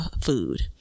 food